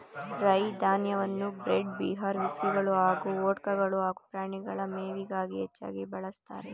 ರೈ ಧಾನ್ಯವನ್ನು bread beer ವಿಸ್ಕಿಗಳು ಹಾಗೂ ವೊಡ್ಕಗಳು ಹಾಗೂ ಪ್ರಾಣಿಗಳ ಮೇವಿಗಾಗಿ ಹೆಚ್ಚಾಗಿ ಬಳಸ್ತಾರೆ